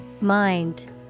Mind